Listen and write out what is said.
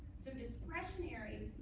so discretionary